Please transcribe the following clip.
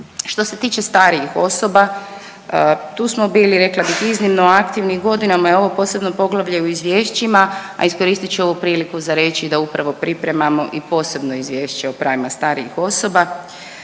Što se tiče starijih osoba, tu smo bili, rekla bih, iznimno aktivni. Godinama je ovo posebno poglavlje u izvješćima, a iskoristit ću ovu priliku za reći da upravo pripremamo i posebno izvješće o pravima starijih osoba.